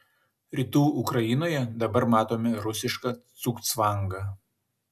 rytų ukrainoje dabar matome rusišką cugcvangą